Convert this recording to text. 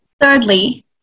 Thirdly